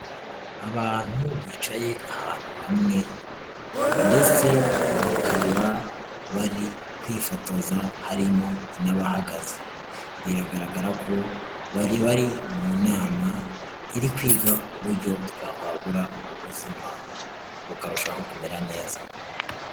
Abantu bicaye ahantu hamwe ndetse bakaba bari kwifotoza, harimo n'abahagaze. Biragaragara ko bari bari mu nama, iri kwiga uburyo twakwagura ubuzima bukarushaho kumera neza.